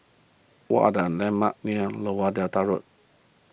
what are the landmarks near Lower Delta Road